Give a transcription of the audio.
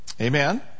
Amen